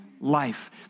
life